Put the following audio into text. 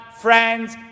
friends